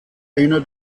einer